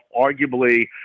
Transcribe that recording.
arguably